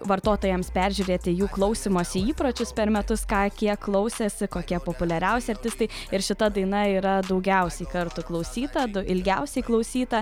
vartotojams peržiūrėti jų klausymosi įpročius per metus ką kiek klausėsi kokie populiariausi artistai ir šita daina yra daugiausiai kartų klausyta du ilgiausiai klausyta